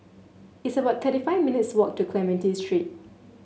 it's about thirty five minutes' walk to Clementi Street